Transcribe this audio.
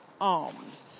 arms